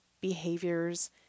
behaviors